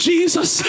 Jesus